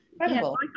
incredible